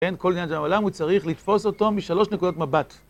כן, כל העניין של העולם הוא צריך לתפוס אותו משלוש נקודות מבט.